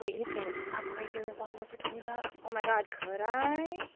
you can upgrade your revolver for twenty bucks. oh my god, could i?